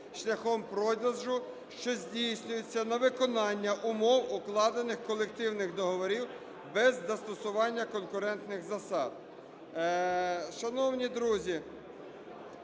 шляхом продажу, що здійснюється на виконання умов укладених колективних договорів без застосування конкурентних засад".